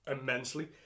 immensely